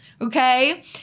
Okay